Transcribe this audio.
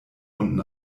unten